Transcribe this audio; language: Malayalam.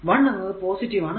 1 എന്നത് പോസിറ്റീവ് ആണ്